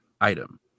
Item